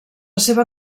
seva